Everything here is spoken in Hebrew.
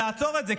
ולעצור את זה.